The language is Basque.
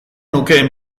nukeen